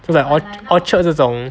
or like orchard 这种